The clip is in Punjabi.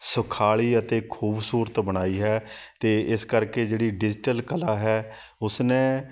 ਸੁਖਾਲੀ ਅਤੇ ਖੂਬਸੂਰਤ ਬਣਾਈ ਹੈ ਅਤੇ ਇਸ ਕਰਕੇ ਜਿਹੜੀ ਡਿਜੀਟਲ ਕਲਾ ਹੈ ਉਸਨੇ